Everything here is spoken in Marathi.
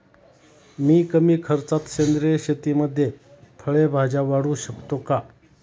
मी कमी खर्चात सेंद्रिय शेतीमध्ये फळे भाज्या वाढवू शकतो का?